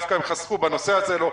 דווקא הם חסכו, בנושא הזה לא.